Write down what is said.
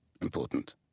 important